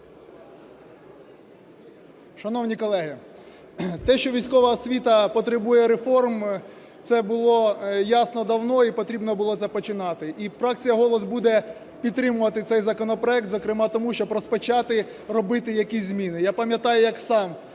Шановні колеги! Те, що військова освіта потребує реформ, це було ясно давно і потрібно було це починати. І фракція "Голос" буде підтримувати цей законопроект зокрема тому, щоб розпочати робити якісь зміни. Я пам'ятаю, як сам,